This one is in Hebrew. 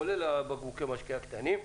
כולל בקבוקי המשקה הקטנים,